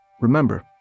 Remember